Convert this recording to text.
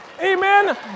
Amen